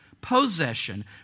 possession